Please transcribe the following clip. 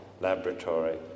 laboratory